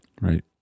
Right